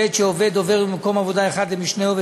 בעת שעובד עובר ממקום עבודה אחד למשנהו,